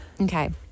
Okay